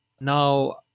now